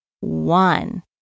One